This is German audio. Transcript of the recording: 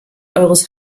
eures